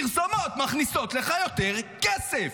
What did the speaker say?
פרסומות מכניסות לך יותר כסף.